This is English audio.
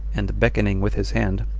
and beckoning with his hand,